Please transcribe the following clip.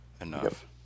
enough